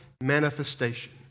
manifestation